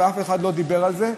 ואף אחד לא דיבר על זה.